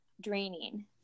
draining